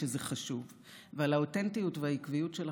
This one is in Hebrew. והאותנטיות שלך,